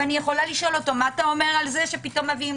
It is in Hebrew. ואני יכולה לשאול אותו מה אתה אומר על זה שפתאום מביאים